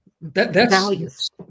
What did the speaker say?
thats